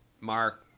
mark